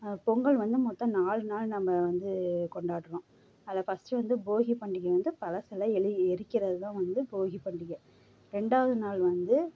பொங்கல் வந்து மொத்தம் நாலு நாள் நம்ம வந்து கொண்டாடுறோம் அதில் ஃபஸ்ட்டு வந்து போகி பண்டிகை வந்து பழசெல்லாம் எலி எரிக்கிறது தான் வந்து போகி பண்டிகை ரெண்டாவது நாள் வந்து